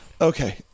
Okay